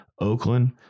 Oakland